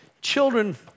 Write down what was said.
children